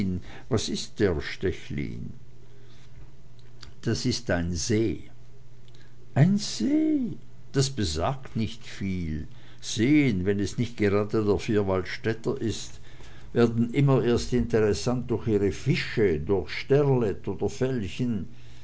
was ist der stechlin das ist ein see ein see das besagt nicht viel seen wenn es nicht grade der vierwaldstätter ist werden immer erst interessant durch ihre fische durch sterlet oder felchen